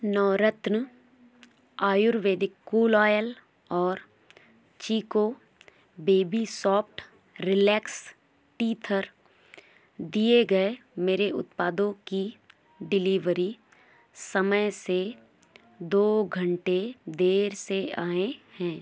नवरत्न Ayurvedic cool oil और Chicco baby soft relax teether दिए गए मेरे उत्पादों की डिलीवरी समय से दो घंटे देर से आए हैं